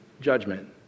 judgment